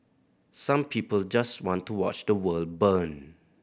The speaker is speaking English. some people just want to watch the world burn